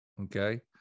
Okay